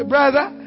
Brother